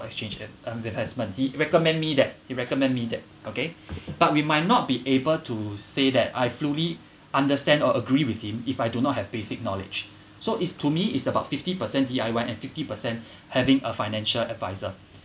exchange in~ uh investment he recommend me that he recommend me that okay but we might not be able to say that I fully understand or agree with him if I do not have basic knowledge so it's to me it's about fifty percent D_I_Y and fifty percent having a financial adviser